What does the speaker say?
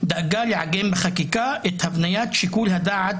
דאגה לעגן בחקיקה את הבניית שיקול הדעת